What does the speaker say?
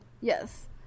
Yes